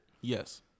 Yes